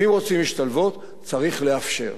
ואם רוצים השתלבות, צריך לאפשר.